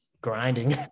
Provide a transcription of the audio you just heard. grinding